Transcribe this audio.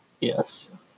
Yes